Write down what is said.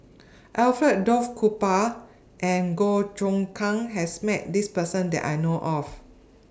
Alfred Duff Cooper and Goh Choon Kang has Met This Person that I know of